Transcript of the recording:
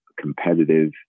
competitive